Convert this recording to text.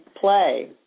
play